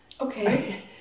Okay